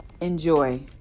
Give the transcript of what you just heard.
Enjoy